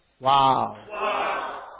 Wow